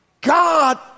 God